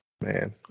Man